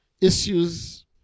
issues